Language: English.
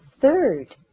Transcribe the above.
third